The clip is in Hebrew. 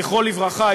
זכרו לברכה,